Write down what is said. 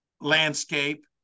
landscape